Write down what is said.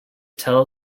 tell